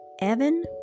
Evan